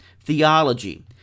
theology